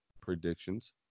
predictions